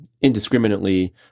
indiscriminately